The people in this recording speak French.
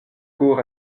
cour